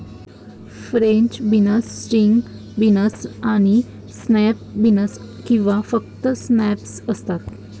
French beans, string beans आणि snap beans किंवा फक्त स्नॅप्स असतात